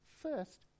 first